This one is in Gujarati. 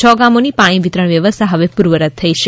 છ ગામોની પાણી વિતરણ વ્યવસ્થા હવે પૂર્વવત થઇ છે